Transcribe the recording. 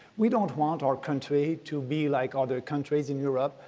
we don't want our country to be like other countries in europe,